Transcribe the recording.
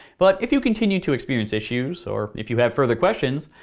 but if you continue to experience issues, or if you have further questions,